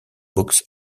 books